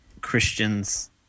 Christians